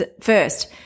first